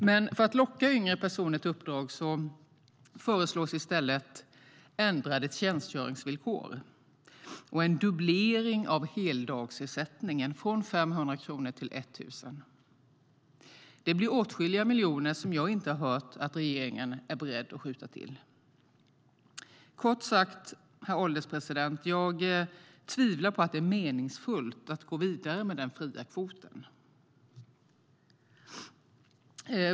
Men för att locka yngre personer till uppdrag föreslås i stället ändrade tjänstgöringsvillkor och en dubblering av heldagsersättningen från 500 kronor till 1 000 kronor. Det blir åtskilliga miljoner som jag inte har hört att regeringen är beredd att skjuta till. Kort sagt, herr ålderspresident: Jag tvivlar på att det är meningsfullt att gå vidare med förslaget om den fria kvoten.